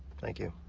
thank you